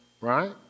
right